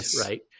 right